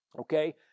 okay